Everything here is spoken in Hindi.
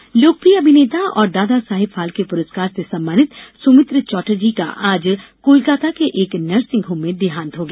निधन लोकप्रिय अभिनेता और दादासाहेब फाल्के पुरस्कार से सम्मानित सौमित्र चटर्जी का आज कोलकाता के एक नर्सिंग होम में देहांत हो गया